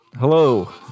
Hello